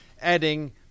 adding